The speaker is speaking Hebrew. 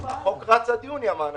החוק רץ עד יוני המענקים.